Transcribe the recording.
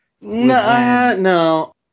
No